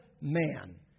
man